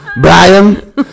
Brian